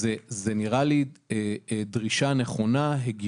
זה נראה לי דרישה נכונה, הגיונית.